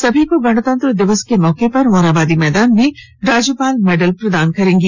सभी को गणतंत्र दिवस के मौके पर मोरहाबादी मैदान में राज्यपाल मेडल प्रदान करेंगी